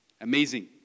Amazing